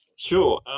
Sure